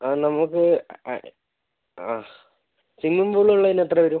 ആ നമ്മുക്ക് ആഹ് സ്വിമ്മിംഗ് പൂളുള്ളതിന് എത്ര വരും